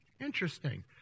Interesting